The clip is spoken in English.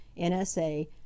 NSA